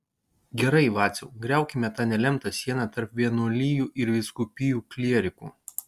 gerai vaciau griaukime tą nelemtą sieną tarp vienuolijų ir vyskupijų klierikų